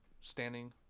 standing